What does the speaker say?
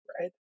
Right